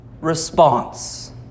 response